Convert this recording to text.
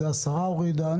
את זה השרה הורידה.